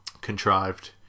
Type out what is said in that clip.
contrived